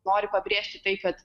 nori pabrėžti tai kad